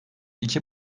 iki